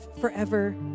forever